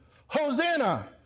Hosanna